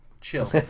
chill